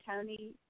Tony